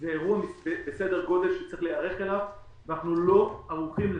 זה אירוע בסדר גודל שצריך להיערך אליו ואנחנו לא ערוכים לזה.